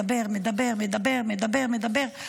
מדבר, מדבר, מדבר, מדבר, מדבר, מדבר.